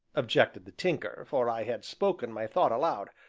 objected the tinker, for i had spoken my thought aloud,